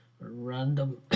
random